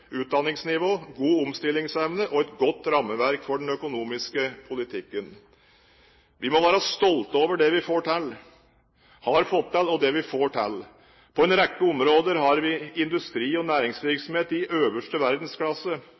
utdanningsnivå, god omstillingsevne og et godt rammeverk for den økonomiske politikken. Vi må være stolte over det vi har fått til, og det vi får til. På en rekke områder har vi industri og næringsvirksomhet i øverste verdensklasse.